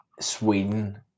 Sweden